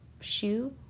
shoe